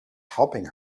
helping